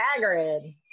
Hagrid